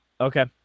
Okay